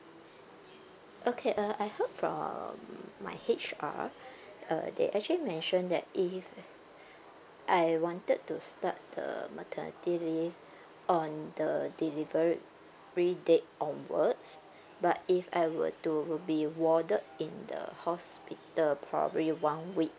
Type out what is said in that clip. okay uh I heard from my H_R uh they actually mentioned that if I wanted to start the maternity leave on the delivery date onwards but if I were to would be warded in the hospital probably one week